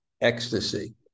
ecstasy